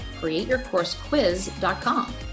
createyourcoursequiz.com